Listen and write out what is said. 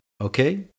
okay